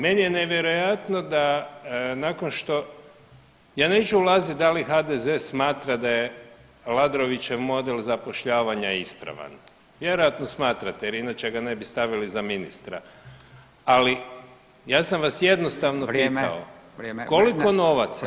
Meni je nevjerojatno da nakon što, ja neću ulaziti da li HDZ smatra da je Aladrovićev model zapošljavanja ispravan, vjerojatno smatrate jer inače ga ne bi stavili za ministra, ali ja sam jednostavno pitao, [[Upadica Radin: Vrijeme.]] koliko novaca…